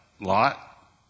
Lot